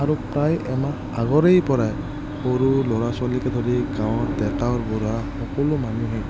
আৰু প্ৰায় এমাহ আগৰে পৰা সৰু ল'ৰা ছোৱালীকে ধৰি গাঁৱৰ ডেকা বুঢ়া সকলো মানুহেই